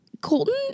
Colton